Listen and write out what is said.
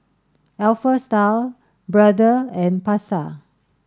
Alpha Style Brother and Pasar